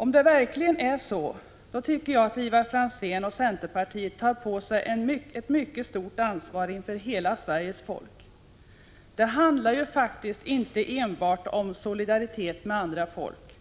Om det verkligen är så, tycker jag att Ivar Franzén och centerpartiet tar på sig ett mycket stort ansvar inför hela Sveriges folk. Det handlar faktiskt inte enbart om solidaritet med andra folk,